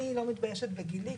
אני לא מתביישת בגילי,